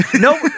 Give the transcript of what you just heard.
no